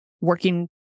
working